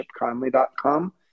chipconley.com